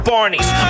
Barney's